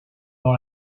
dans